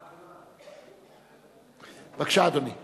בבקשה, אדוני.